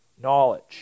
Knowledge